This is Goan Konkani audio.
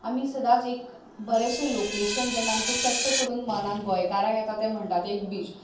आमी सदांच एक बरेशें लॉकेशन जेन्ना आमचें सट्ट करून मनांत गोंयकारांक येता तें म्हणटात तें एक बीच